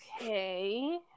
Okay